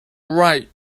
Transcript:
write